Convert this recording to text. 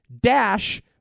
Dash